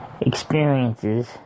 Experiences